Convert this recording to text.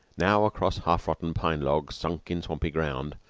now across half-rotten pine logs sunk in swampy ground,